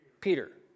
Peter